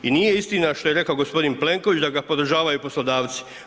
I nije istina što je rekao gospodin Plenković da ga podržavaju poslodavci.